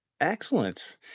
excellent